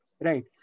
right